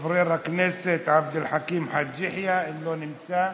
חבר הכנסת עבד אל חכים חאג' יחיא, אינו נמצא.